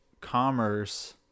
Commerce